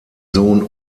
sohn